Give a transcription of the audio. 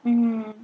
mm